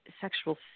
sexual